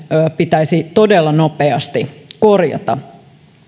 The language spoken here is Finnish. pitäisi todella nopeasti korjata